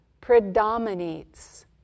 predominates